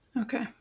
Okay